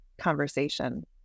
conversation